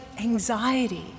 anxiety